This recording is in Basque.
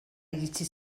iritsi